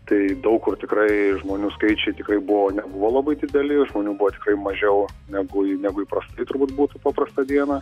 tai daug kur tikrai žmonių skaičiai tikrai buvo nebuvo labai dideli žmonių buvo tikrai mažiau negu negu įprastai turbūt būtų paprastą dieną